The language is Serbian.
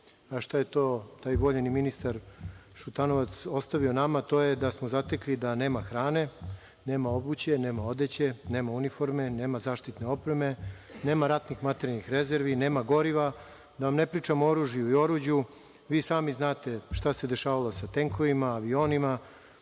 što je taj voljeni ministar Šutanovac ostavio nama, to je da smo zatekli da nema hrane, nema obuće, nema odeće, nema uniforme, nema zaštitne opreme, nema ratnih materijalnih rezervi, nema goriva, da vam ne pričam o oružju i oruđu. Vi sami znate šta se dešavalo sa tenkovima, avionima. Tačna